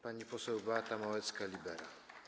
Pani poseł Beata Małecka-Libera.